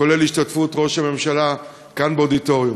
כולל השתתפות ראש הממשלה כאן באודיטוריום.